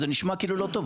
זה נשמע כאילו לא טוב.